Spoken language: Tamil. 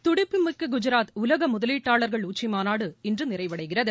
துடிப்புமிக்க குஜராத் உலக முதலீட்டாளர்கள் உச்சிமாநாடு இன்று நிறைவடைகிறது